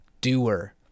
doer